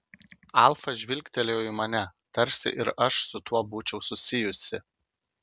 alfa žvilgtelėjo į mane tarsi ir aš su tuo būčiau susijusi